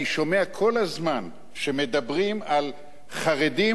אני שומע כל הזמן שמדברים על חרדים,